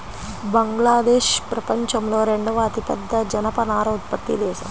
బంగ్లాదేశ్ ప్రపంచంలో రెండవ అతిపెద్ద జనపనార ఉత్పత్తి దేశం